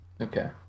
Okay